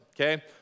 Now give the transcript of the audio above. Okay